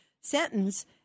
sentence